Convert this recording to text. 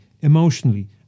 emotionally